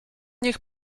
niech